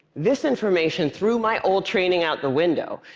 this information threw my old training out the window,